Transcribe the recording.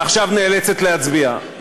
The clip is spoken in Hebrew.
ועכשיו היא נאלצת להצביע.